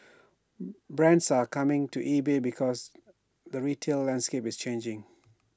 brands are coming to eBay because the retail landscape is changing